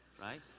right